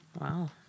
Wow